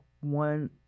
one